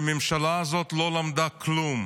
שהממשלה הזאת לא למדה כלום